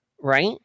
right